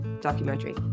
documentary